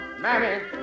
mammy